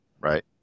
right